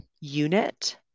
unit